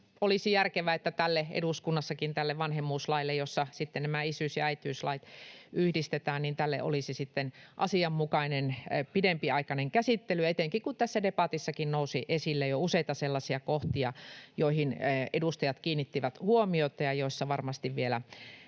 olisi järkevää, että eduskunnassa tälle vanhemmuuslaille, jossa sitten nämä isyys- ja äitiyslait yhdistetään, olisi asianmukainen, pidempiaikainen käsittely — etenkin, kun tässä debatissakin nousi esille jo useita sellaisia kohtia, joihin edustajat kiinnittivät huomiota ja joissa varmasti vielä